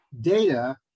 data